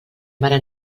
mare